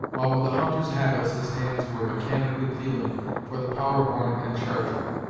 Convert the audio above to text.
while, with a hunter's habits, his hands were mechanically feeling for the powder-horn and charger.